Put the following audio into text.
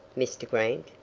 mr. grant,